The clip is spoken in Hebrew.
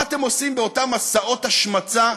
מה אתם עושים באותם מסעות השמצה,